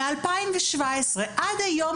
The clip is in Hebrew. משנת 2017 ועד היום,